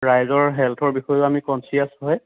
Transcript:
ৰাইজৰ হেল্থৰ বিষয়েও আমি কনচিয়াচ হয়